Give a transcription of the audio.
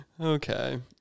Okay